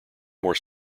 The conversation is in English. more